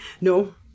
No